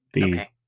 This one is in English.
Okay